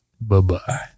Bye-bye